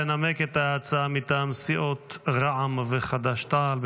לנמק את ההצעה מטעם סיעות רע"מ וחד"ש-תע"ל.